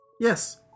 Yes